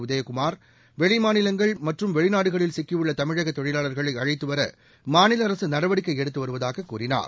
உதயகுமார் வெளிநாமாநிலங்கள் மற்றும் வெளிநாடுகளில் சிக்கியுள்ள தமிழக தொழிலாளா்களை அழைத்துவர மாநில அரசு நடவடிக்கை எடுத்து வருவதாக கூறினார்